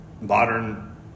Modern